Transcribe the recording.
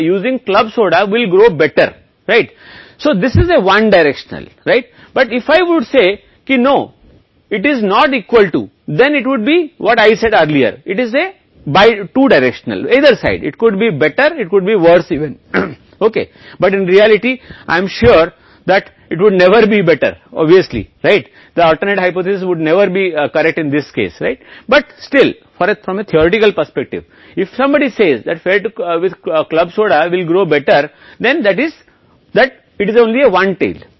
जो club soda का उपयोग कर रहा है वह बेहतर होगा यह एक दिशा है लेकिन अगर यह नहीं के बराबर है तो यह दोनों दिशाओं द्वारा या तो बेहतर हो सकता है या ठीक उलटा हो सकता है लेकिन वास्तव में यकीन है कि यह बेहतर कभी नहीं होगा स्पष्ट रूप से सही परिकल्पना कभी नहीं होगी एक सैद्धांतिक दृष्टिकोण के लिए